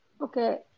Okay